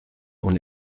und